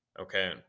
Okay